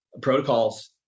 protocols